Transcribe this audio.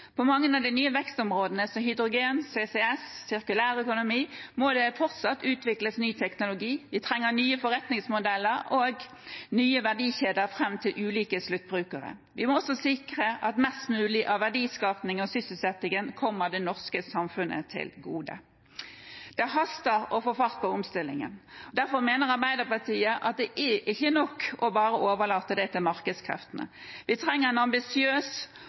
På mange av de nye vekstområdene, som hydrogen, CCS og sirkulær økonomi, må det fortsatt utvikles ny teknologi. Vi trenger nye forretningsmodeller og nye verdikjeder fram til ulike sluttbrukere. Vi må også sikre at mest mulig av verdiskapingen og sysselsettingen kommer det norske samfunnet til gode. Det haster å få fart på omstillingen. Derfor mener Arbeiderpartiet at det ikke er nok bare å overlate det til markedskreftene. Vi trenger en ambisiøs